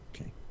Okay